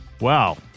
Wow